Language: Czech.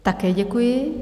Také děkuji.